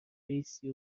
بایستی